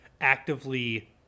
actively